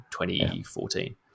2014